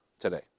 Today